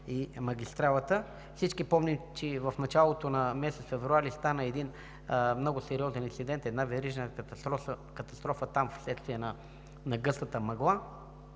и магистралата. Всички помним, че в началото на месец февруари там стана много сериозен инцидент – верижна катастрофа, вследствие на гъстата мъгла.